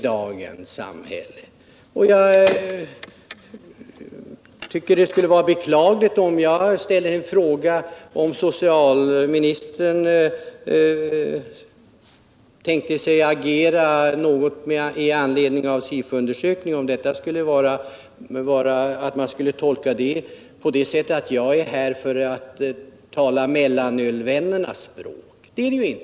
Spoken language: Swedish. Det skulle vara beklagligt om den fråga jag ställt till socialministern med anledning av SIFO-undersökningen skulle tolkas på det sättet att jag skulle vara här för att tala mellanölvännernas språk.